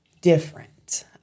different